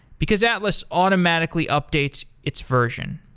because atlas automatically updates its version.